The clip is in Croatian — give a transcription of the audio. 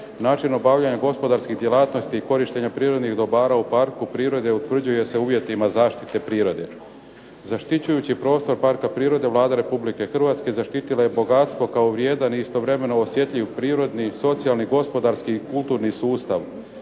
način obavljanja gospodarskih djelatnosti i korištenja prirodnih dobara u parku prirode utvrđuje se uvjetima zaštite prirode. Zaštićujući prostor parka prirode Vlada Republike Hrvatske zaštitila je bogatstvo kao vrijedan i istovremeno osjetljiv prirodni, socijalni, gospodarski i kulturni sustav.